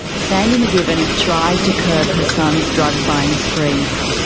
sandy mcgivern tried to curb her son's drug-buying sprees.